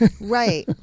Right